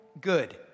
good